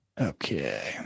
Okay